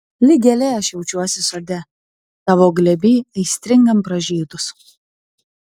lyg gėlė aš jaučiuosi sode tavo glėby aistringam pražydus